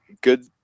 Good